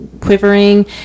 quivering